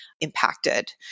impacted